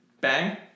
Bang